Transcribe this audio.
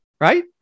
Right